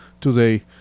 today